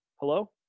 Hello